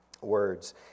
words